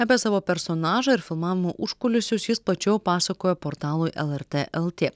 apie savo personažą ir filmavimo užkulisius jis plačiau pasakoja portalui lrt lt